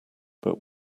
but